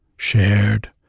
shared